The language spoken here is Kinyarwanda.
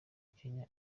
kenya